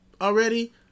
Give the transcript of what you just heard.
already